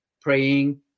praying